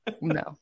No